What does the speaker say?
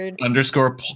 Underscore